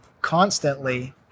constantly